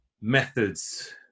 methods